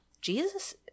Jesus